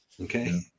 Okay